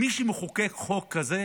מי שמחוקק חוק כזה